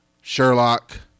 Sherlock